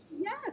yes